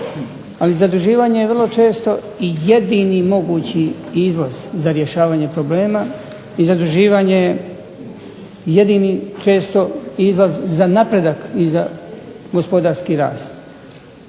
vrlo često i jedini mogući izlaz za rješavanje problema i zaduživanje je jedini često izlaz za napredak i za gospodarski rast.